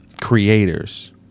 creators